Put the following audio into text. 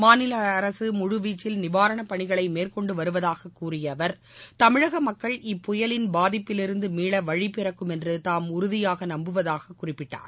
மாநில அரசு முழுவீச்சில் நிவாரணப்பணிகளை மேற்கொண்டு வருவதாக கூறிய அவர் தமிழக மக்கள் இப்புயலின் பாதிப்பிலிருந்து மீள வழிபிறக்கும் என்று தாம் உறுதியாக நம்புவதாக குறிப்பிட்டார்